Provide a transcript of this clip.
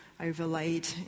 overlaid